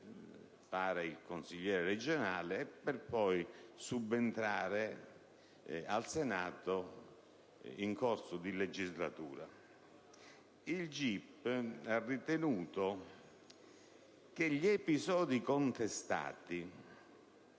Il GIP ha ritenuto che gli episodi contestati